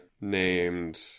named